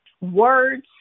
Words